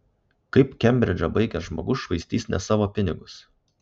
kaip kembridžą baigęs žmogus švaistys ne savo pinigus